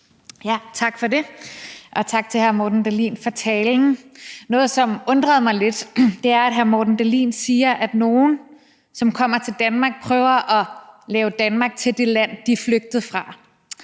Tak for det. Og tak til hr. Morten Dahlin for talen. Noget, som undrede mig lidt, var, at hr. Morten Dahlin sagde, at nogle, som kommer til Danmark, prøver at lave Danmark til det land, de er flygtet fra.